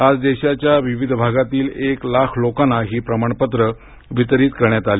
आज देशाच्या विविध भागातील एक लाख लोकांना ही प्रमाणपत्रे वितरित करण्यात आली